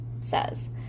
says